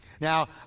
Now